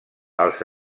els